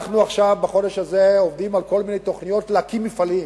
בחודש הזה אנחנו עובדים על כל מיני תוכניות להקים מפעלים,